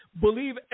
believe